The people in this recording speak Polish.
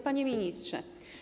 Panie Ministrze!